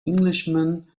englishman